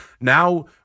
Now